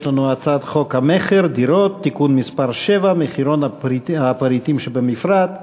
יש לנו הצעת חוק המכר (דירות) (תיקון מס' 7) (מחירון הפריטים שבמפרט),